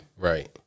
Right